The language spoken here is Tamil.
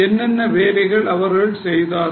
என்னென்ன வேலைகளை அவர்கள் செய்தார்கள்